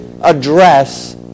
address